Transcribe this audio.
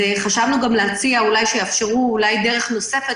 חשבנו גם להציע שאולי יאפשרו דרך נוספת